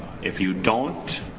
if you don't,